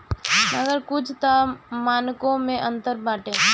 मगर कुछ तअ मानको मे अंतर बाटे